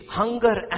hunger